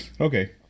okay